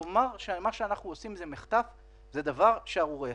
לומר שמה שאנחנו עושים הוא מחטף זה דבר שערורייתי.